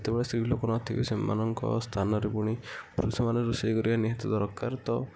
ଯେତବଳେ ସ୍ତ୍ରୀଲୋକ ନଥିବେ ସେମାନଙ୍କ ସ୍ଥାନରେ ପୁଣି ପୁରୁଷମାନେ ରୋଷେଇ କରିବା ନିହାତି ଦରକାର ତ